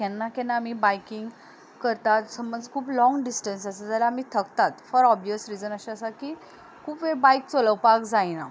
केन्ना केन्ना आमी बायकींग करता खूब लाँग डिस्टन्स आसा जाल्यार आमी थकतात फॉर ऑबियस रिजन अशें आसा की खूब वेळ बायक चलोपाक जायना